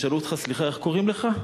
ישאלו אותך: סליחה, איך קוראים לך?